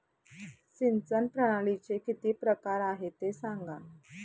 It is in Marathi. सिंचन प्रणालीचे किती प्रकार आहे ते सांगा